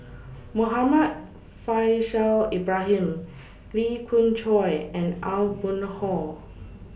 Muhammad Faishal Ibrahim Lee Khoon Choy and Aw Boon Haw